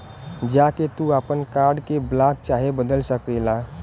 जा के तू आपन कार्ड के ब्लाक चाहे बदल सकेला